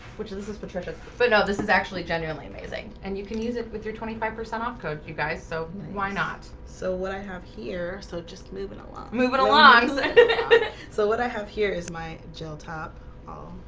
which this is patricia so but no this is actually genuinely amazing and you can use it with your twenty five percent off code you guys so why not? so what i have here, so just moving along moving along so what i have here is my gel top